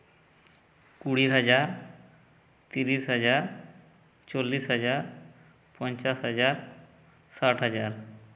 ᱠᱩᱲᱤ ᱦᱟᱡᱟᱨ ᱛᱤᱨᱤᱥ ᱦᱟᱡᱟᱨ ᱪᱚᱞᱞᱤᱥ ᱦᱟᱡᱟᱨ ᱯᱚᱧᱪᱟᱥ ᱦᱟᱡᱟᱨ ᱥᱟᱴ ᱦᱟᱡᱟᱨ